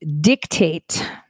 dictate